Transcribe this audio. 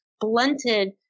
blunted